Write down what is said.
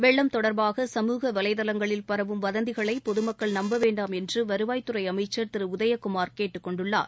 வெள்ளம் தொடர்பாக சமூக வலைதளங்களில் பரவும் வதந்திகளை பொதுமக்கள் நம்ப வேண்டாம் என்று வருவாய் துறை அமைச்சர் திரு உதயகுமார் கேட்டுக் கொண்டுள்ளார்